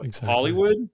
Hollywood